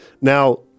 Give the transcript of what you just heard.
Now